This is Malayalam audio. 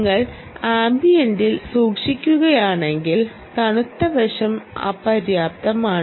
നിങ്ങൾ ആംബിയന്റിൽ സൂക്ഷിക്കുകയാണെങ്കിൽ തണുത്ത വശം അപര്യാപ്തമാണ്